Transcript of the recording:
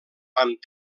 amb